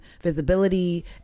visibility